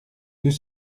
deux